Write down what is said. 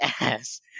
ass